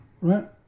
right